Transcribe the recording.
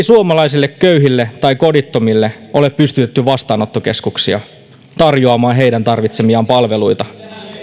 suomalaisille köyhille tai kodittomille ole pystytetty vastaanottokeskuksia tarjoamaan heidän tarvitsemiaan palveluita